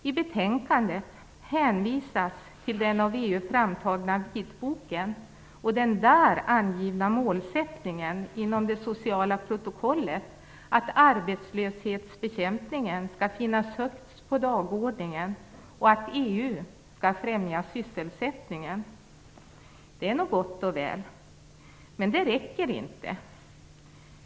I betänkandet hänvisas till den av EU framtagna vitboken och den där angivna målsättningen inom det sociala protokollet att arbetslöshetsbekämpningen skall finnas högst på dagordningen och att EU skall främja sysselsättningen. Det är nog gott och väl. Men det räcker inte.